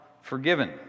forgiven